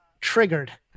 Triggered